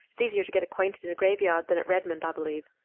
it's easier to get acquainted in a graveyard than at redmond, i believe.